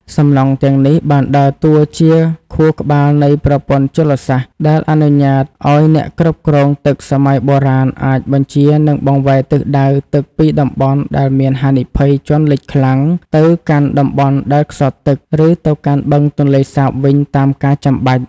សំណង់ទាំងនេះបានដើរតួជាខួរក្បាលនៃប្រព័ន្ធជលសាស្ត្រ ដែលអនុញ្ញាតឱ្យអ្នកគ្រប់គ្រងទឹកសម័យបុរាណអាចបញ្ជា និងបង្វែរទិសដៅទឹកពីតំបន់ដែលមានហានិភ័យជន់លិចខ្លាំង ទៅកាន់តំបន់ដែលខ្សត់ទឹក ឬទៅកាន់បឹងទន្លេសាបវិញតាមការចាំបាច់។